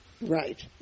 Right